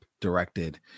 directed